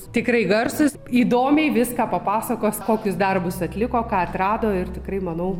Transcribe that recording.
tikrai garsūs įdomiai viską papasakos kokius darbus atliko ką atrado ir tikrai manau